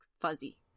fuzzy